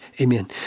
Amen